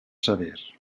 sever